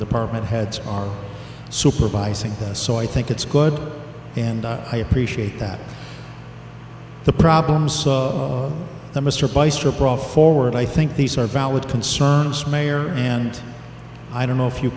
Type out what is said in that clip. department heads are supervising this so i think it's good and i appreciate that the problems that mr bicester brought forward i think these are valid concerns mayor and i don't know if you